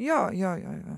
jo jo jo jo